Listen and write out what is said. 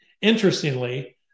Interestingly